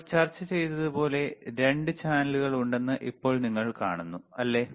നമ്മൾ ചർച്ച ചെയ്തതുപോലുള്ള 2 ചാനലുകൾ ഉണ്ടെന്ന് ഇപ്പോൾ നിങ്ങൾ കാണുന്നു അല്ലേ